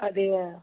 அதே ஆ